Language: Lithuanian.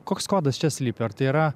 koks kodas čia slypi ar tai yra